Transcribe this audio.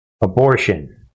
abortion